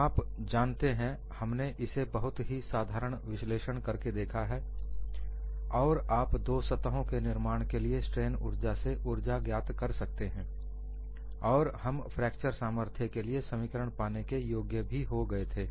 आप जानते हैं हमने इसे बहुत ही साधारण विश्लेषण करके देखा है और आप दो सतहों के निर्माण के लिए स्ट्रेन ऊर्जा से ऊर्जा ज्ञात कर सकते हैं और हम फ्रैक्चर सामर्थ्य के लिए समीकरण पाने के योग्य भी हो गए थे